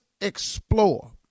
explore